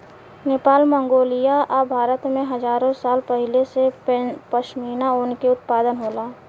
Nepal, Mongolia आ भारत में हजारो साल पहिले से पश्मीना ऊन के उत्पादन होला